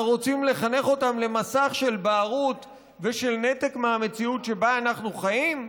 אנחנו רוצים לחנך אותם למסך של בערות ושל נתק מהמציאות שבה אנחנו חיים?